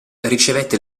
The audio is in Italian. ricevette